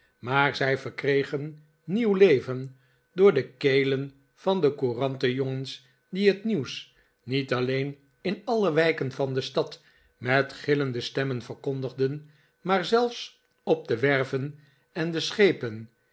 maar zij verkregen nieuw leven door de kelen van de courantenjongens die het nieuws niet alleen in alle wijken van de stad met gillende stemmen verkondigden maar zelfs op de werven en de schepen